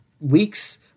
weeks